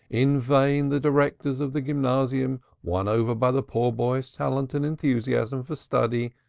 in vain the directors of the gymnasium, won over by the poor boy's talent and enthusiasm for study,